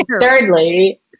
thirdly